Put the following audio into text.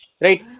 right